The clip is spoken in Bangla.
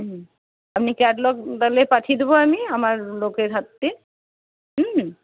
হুম আপনি ক্যাটালগ তাহলে পাঠিয়ে দেব আমি আমার লোকের হাত দিয়ে হুম